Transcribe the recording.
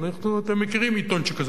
אז אתם מכירים עיתון שכזה,